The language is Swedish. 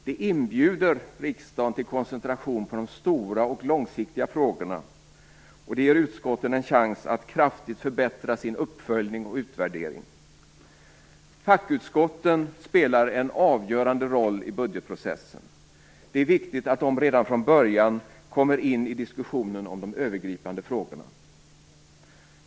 Det inbjuder riksdagen till koncentration på de stora och långsiktiga frågorna och det ger utskotten en chans att kraftigt förbättra sin uppföljning och utvärdering. Fackutskotten spelar en avgörande roll i budgetprocessen. Det är viktigt att de redan från början kommer in i diskussionen om de övergripande frågorna.